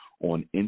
on